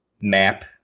map